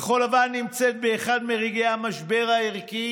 כחול לבן נמצאת באחד מרגעי המשבר הערכי